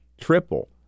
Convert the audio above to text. triple